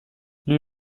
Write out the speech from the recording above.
lui